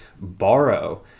borrow